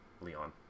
Leon